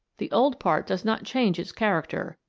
the old part does not change its character,